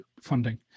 funding